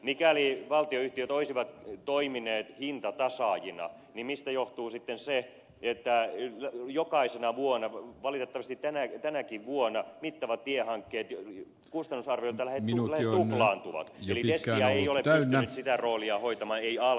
mikäli valtionyhtiöt olisivat toimineet hintatasaajina niin mistä johtuu sitten se että jokaisena vuonna valitettavasti tänäkin vuonna mittavat tiehankkeet kustannusarvioltaan lähes tuplaantuvat ja destia ei ole pystynyt sitä roolia hoitamaan ei alkuunkaan